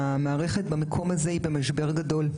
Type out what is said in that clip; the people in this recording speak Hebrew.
המערכת במקום הזה היא במשבר גדול.